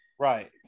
right